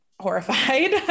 horrified